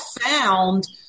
found